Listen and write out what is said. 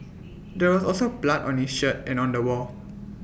there was also blood on his shirt and on the wall